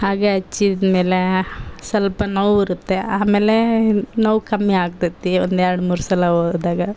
ಹಗೆ ಹಚ್ಚಿದ್ ಮೇಲೇ ಸ್ವಲ್ಪ ನೋವು ಇರುತ್ತೆ ಆಮೇಲೇ ನೋವು ಕಮ್ಮಿ ಆಗ್ತದೆ ಒಂದು ಎರಡು ಮೂರು ಸಲ ಹೋದಾಗ